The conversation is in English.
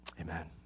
Amen